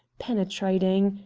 penetrating.